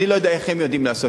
אני לא יודע איך הם יודעים לעשות.